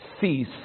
cease